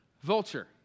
vulture